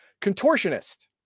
Contortionist